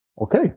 okay